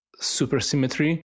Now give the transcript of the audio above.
supersymmetry